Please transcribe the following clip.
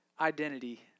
identity